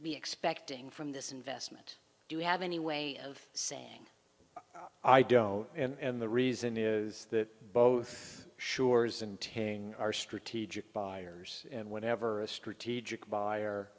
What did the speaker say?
be expecting from this investment do you have any way of saying i don't know and the reason is that both sure's and tearing our strategic buyers and whatever a strategic buyer